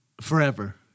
forever